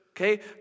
Okay